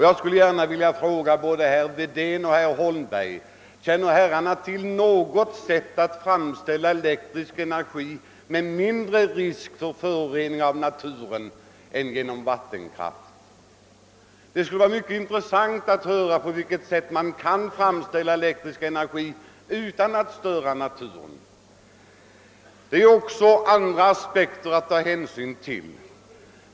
Jag skulle gärna vilja fråga både herr Wedén och herr Holmberg om ni känner till något sätt att framställa elektrisk energi med mindre risk för förorening av naturen än genom vattenkraft? Det skulle vara mycket intressant att höra på vilket sätt man kan framställa elektrisk energi utan att störa naturen. Det finns också andra aspekter att ta hänsyn till.